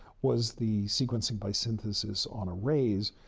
was the sequencing by synthesis on arrays.